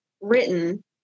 written